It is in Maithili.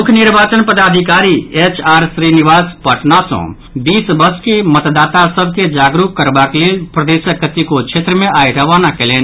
मुख्य निर्वाचन पदाधिकारी एच आर श्रीनिवास पटना सँ बीस बस के मतदाता सभ के जागरूक करबाक लेल प्रदेशक कतेको क्षेत्र मे आई रवाना कयलनि